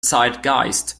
zeitgeist